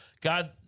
god